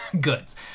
goods